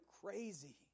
crazy